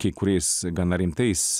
ksi kuriais gana rimtais